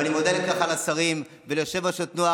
ואני מודה על כך לשרים וליושב-ראש התנועה